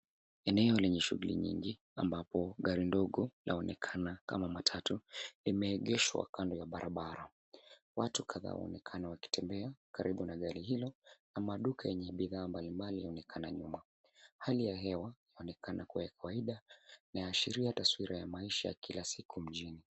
Eneo lenye shughuli nyingi ambapo gari ndogo laonekana kama matatu limeegeshwa kando ya barabara. Watu kadhaa wanaonekana wakitembea karibu na gari hilo na maduka yenye bidhaa mbalimbali yanaonekana nyuma. Hali ya hewa inaonekana kuwa ya kawaida. Inaashiria taswira ya maisha ya kila siku mijini.